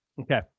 Okay